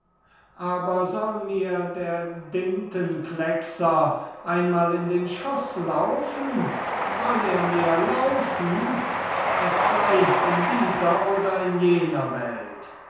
aber soll mir der dintenkleckser einmal in den schuß laufen soll er mir laufen es sei in dieser oder in jener welt wenn